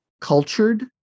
Cultured